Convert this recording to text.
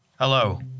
Hello